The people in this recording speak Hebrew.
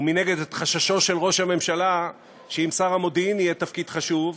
ומנגד את חששו של ראש הממשלה שאם שר המודיעין יהיה תפקיד חשוב,